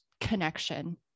connection